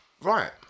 Right